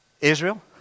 Israel